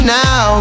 now